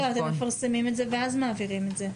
לא, אתם מפרסמים את זה ואז מעבירים את זה.